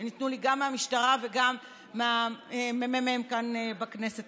ניתנו לי גם מהמשטרה וגם מהממ"מ כאן בכנסת,